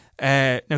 now